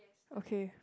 okay